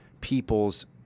people's